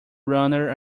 runner